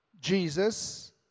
Jesus